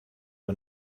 are